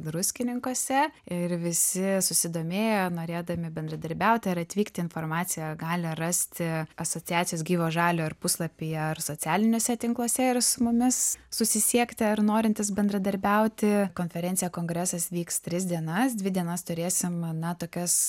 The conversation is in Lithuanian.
druskininkuose ir visi susidomėję norėdami bendradarbiauti ir atvykti informaciją gali rasti asociacijos gyvo žalio ir puslapyje ar socialiniuose tinkluose ir su mumis susisiekti ar norintys bendradarbiauti konferencija kongresas vyks tris dienas dvi dienas turėsim na tokias